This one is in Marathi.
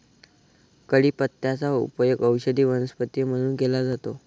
कढीपत्त्याचा उपयोग औषधी वनस्पती म्हणून केला जातो